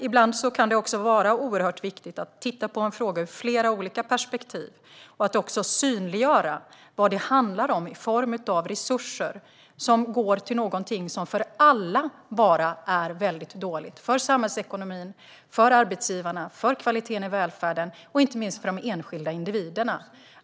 Ibland kan det vara oerhört viktigt att titta på en fråga ur flera olika perspektiv och att synliggöra vad det handlar om i form av resurser som går till någonting som för alla bara är dåligt för samhällsekonomin, för arbetsgivarna, för kvaliteten i välfärden och inte minst för de enskilda individerna.